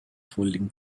folding